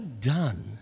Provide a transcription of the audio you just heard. done